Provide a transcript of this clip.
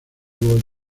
dúo